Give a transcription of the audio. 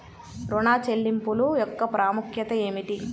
ఋణ చెల్లింపుల యొక్క ప్రాముఖ్యత ఏమిటీ?